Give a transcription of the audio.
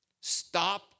Stop